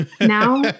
Now